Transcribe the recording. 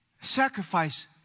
Sacrifice